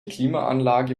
klimaanlage